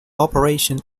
operation